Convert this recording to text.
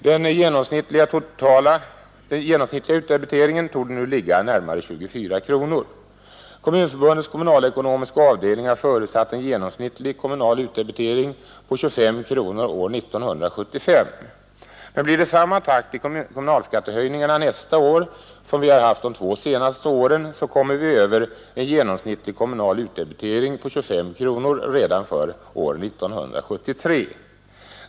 Den genomsnittliga utdebiteringen torde nu ligga närmare 24 kronor. Kommunförbundets kommunalekonomiska avdelning har förutsatt en genomsnittlig kommunal utdebitering på 25 kronor år 1975, men blir det samma takt i kommunalskattehöjningarna nästa år som vi har haft de två senaste åren, kommer vi över en genomsnittlig kommunal utdebitering på 25 kronor redan för år 1973.